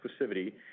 exclusivity